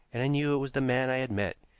and i knew it was the man i had met.